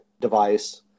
device